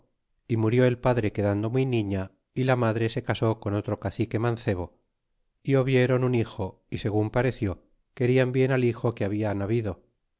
y murió el padre quedando muy niña y la madre se casó con otro cacique mancebo y vieron un hijo y segun parekió querian bien al hijo que hablan habido